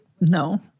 No